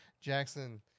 jackson